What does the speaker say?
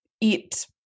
eat